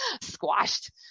squashed